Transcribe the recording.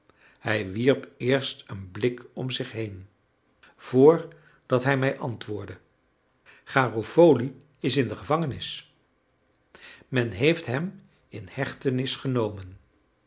hij wierp eerst een blik om zich heen vr dat hij mij antwoordde garofoli is in de gevangenis men heeft hem in hechtenis genomen